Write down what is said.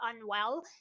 unwell